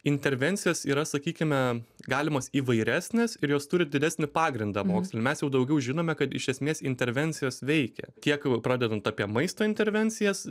intervencijos yra sakykime galimos įvairesnės ir jos turi didesnį pagrindą moksle mes jau daugiau žinome kad iš esmės intervencijos veikia tiek pradedant apie maisto intervencijas